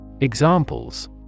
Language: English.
Examples